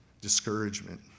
discouragement